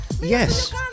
Yes